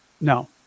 No